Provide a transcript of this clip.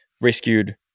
rescued